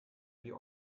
wie